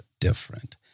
different